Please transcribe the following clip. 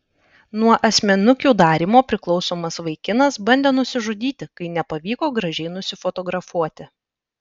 nuo asmenukių darymo priklausomas vaikinas bandė nusižudyti kai nepavyko gražiai nusifotografuoti